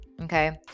Okay